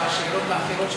ומהשאלות האחרות,